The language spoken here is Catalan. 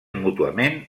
mútuament